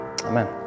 Amen